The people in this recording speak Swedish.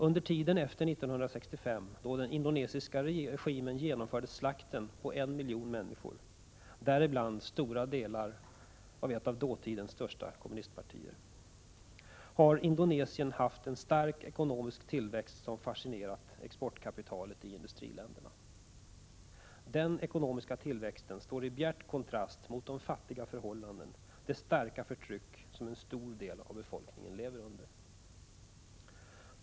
Under tiden efter 1965, då den indonesiska regimen genomförde slakten på en miljon människor, däribland stora delar av kommunistpartiet, har Indonesien haft en stark ekonomisk tillväxt som fascinerat exportkapitalet i industriländerna. Den ekonomiska tillväxten står i bjärt kontrast mot de fattiga förhållanden och det starka förtryck som en stor del av befolkningen lever under.